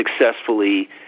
successfully